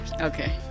Okay